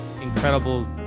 incredible